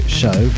show